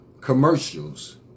commercials